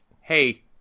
hey